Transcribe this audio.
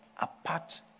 apart